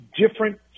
different